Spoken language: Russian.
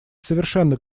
совершенно